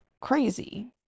crazy